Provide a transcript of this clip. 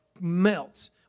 melts